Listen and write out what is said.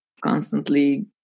constantly